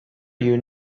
you